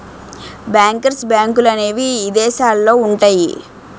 bankers బ్యాంకులనేవి ఇదేశాలల్లో ఉంటయ్యి